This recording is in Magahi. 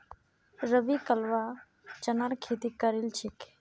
रवि कलवा चनार खेती करील छेक